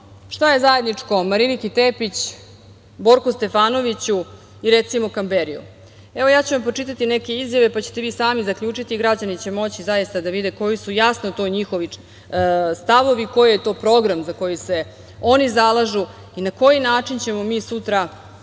šta je zajedničko Mariniki Tepić, Borku Stefanoviću i, recimo, Kamberiju? Evo, ja ću vam pročitati neke izjave, pa ćete vi sami zaključiti i građani će moći zaista da vide koji su to jasno njihovi stavovi, koji je to program za koji se oni zalažu i na koji način ćemo mi sutra